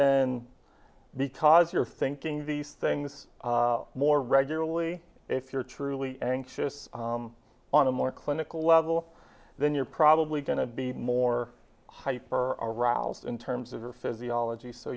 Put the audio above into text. then because you're thinking these things more regularly if you're truly anxious on a more clinical level then you're probably going to be more hyper arousal in terms of your physiology so